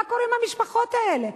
מה קורה עם המשפחות האלה?